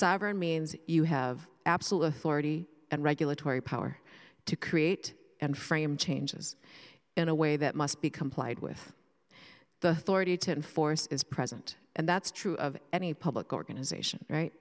sovereign means you have absolute forty and regulatory power to create and frame changes in a way that must be complied with the authorities to force is present and that's true of any public organization right